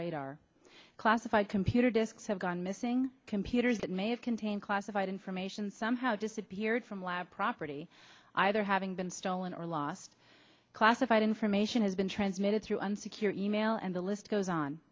radar classified computer disks have gone missing computers that may have contained classified information somehow disappeared from lab property either having been stolen or lost classified information has been transmitted through unsecured e mail and the list goes on